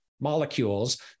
molecules